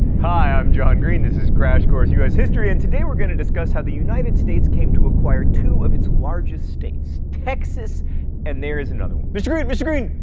hi, i'm john green, this is crash course u s. history and today we're going to discuss how the united states came to acquire two of its largest states, texas and there is another one. mr. green! mr. green!